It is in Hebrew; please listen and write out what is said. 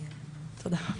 תודה.